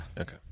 Okay